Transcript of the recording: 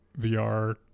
VR